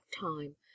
time